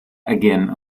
again